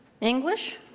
English